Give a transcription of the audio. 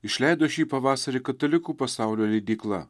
išleido šį pavasarį katalikų pasaulio leidykla